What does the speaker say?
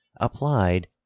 APPLIED